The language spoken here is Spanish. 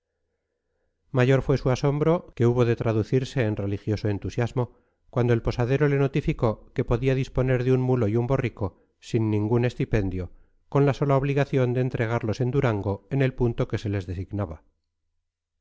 mayor fue su asombro que hubo de traducirse en religioso entusiasmo cuando el posadero le notificó que podía disponer de un mulo y un borrico sin ningún estipendio con la sola obligación de entregarlos en durango en el punto que se les designaba